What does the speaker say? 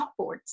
chalkboards